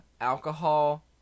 alcohol